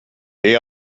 they